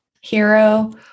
hero